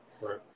Right